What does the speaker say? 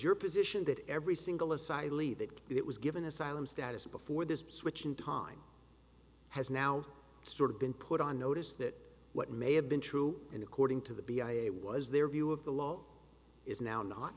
your position that every single aside leave that it was given asylum status before this switching time has now sort of been put on notice that what may have been true and according to the b i a was their view of the law is now not